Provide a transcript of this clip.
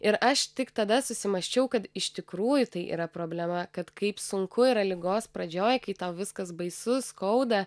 ir aš tik tada susimąsčiau kad iš tikrųjų tai yra problema kad kaip sunku yra ligos pradžioje kai tau viskas baisu skauda